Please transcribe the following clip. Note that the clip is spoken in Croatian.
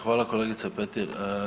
Hvala kolegice Petir.